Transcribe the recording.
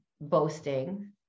boasting